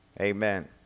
Amen